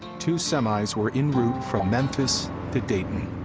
two semis were en route from memphis to dayton.